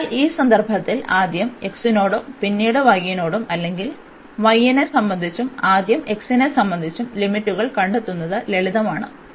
അതിനാൽ ഈ സന്ദർഭങ്ങളിൽ ആദ്യം x നോടും പിന്നീട് y നോടും അല്ലെങ്കിൽ y നെ സംബന്ധിച്ചും ആദ്യം x നെ സംബന്ധിച്ചും ലിമിറ്റുകൾ കണ്ടെത്തുന്നത് ലളിതമാണ്